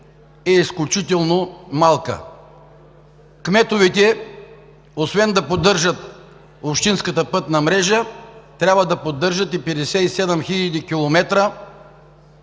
е изключително малък. Кметовете освен да поддържат общинската пътна мрежа, трябва да поддържат и 57 хил. км